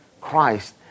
Christ